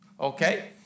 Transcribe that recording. Okay